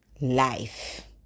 Life